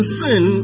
sin